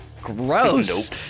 Gross